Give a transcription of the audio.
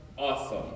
awesome